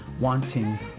wanting